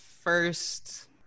first